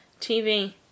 TV